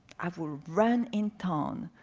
i will run in town,